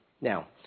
Now